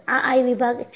આ I વિભાગ છે